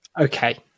Okay